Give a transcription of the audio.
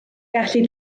gallu